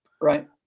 Right